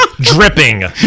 dripping